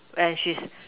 and she's